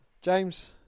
James